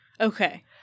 okay